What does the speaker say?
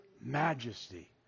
majesty